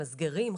מסגרים,